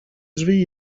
drzwi